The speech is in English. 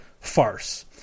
farce